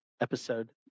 episode